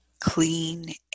clean